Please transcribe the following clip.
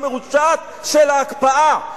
המרושעת של ההקפאה,